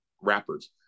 rappers